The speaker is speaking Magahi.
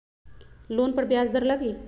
लोन पर ब्याज दर लगी?